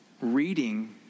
reading